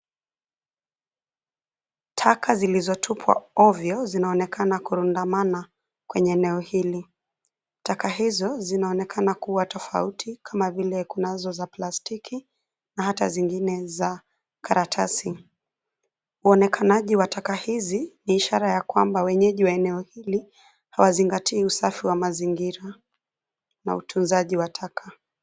Taka zilizotupwa ovyo zinaonekana kurundamana kwenye eneo hili. Taka hizo, zinaonekana kuwa tofauti kama vile kunazo za plastiki, na hata zingine za karatasi. Uonekanaji wa taka hizi, ni ishara ya kwamba wenyeji wa eneo hili, hawazingatii usafi wa mazingira, na utunzaji wa taka.